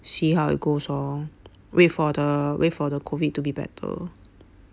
see how it goes orh wait for the wait for the COVID to be better